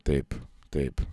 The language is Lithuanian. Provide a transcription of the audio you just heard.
taip taip